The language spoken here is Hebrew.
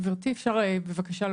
עלי, בבקשה.